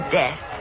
death